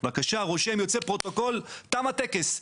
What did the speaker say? בבקשה, רושם, יוצא פרוטוקול, ותם הטקס.